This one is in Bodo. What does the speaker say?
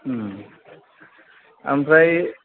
ओमफ्राय